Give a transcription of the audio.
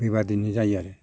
बेबायदिनो जायो आरो